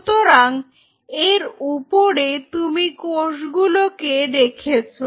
সুতরাং এর উপরে তুমি কোষগুলোকে রেখেছো